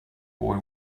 boy